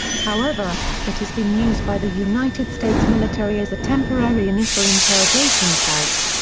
however, it has been used by the united states military as a temporary initial interrogation site.